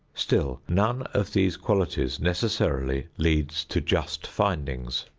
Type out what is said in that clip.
still none of these qualities necessarily leads to just findings.